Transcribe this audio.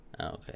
Okay